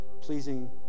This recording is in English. pleasing